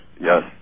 Yes